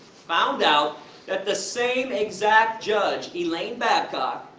found out that the same exact judge, elaine babcock,